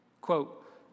Quote